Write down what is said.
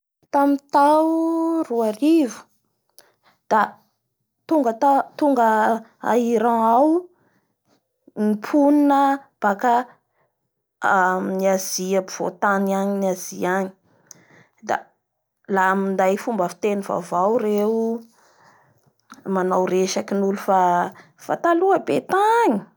Tamin'ny tao roarivo da tonga ta-tonga Iran ao ny ponina baka amin'ny Asie ampovoatany any amin'ny Asia agny da la minday fomba fiteny vaovao reo manao resakin'olo fa taloha be tagny.